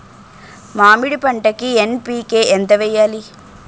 మామిడి పంటకి ఎన్.పీ.కే ఎంత వెయ్యాలి?